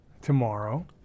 tomorrow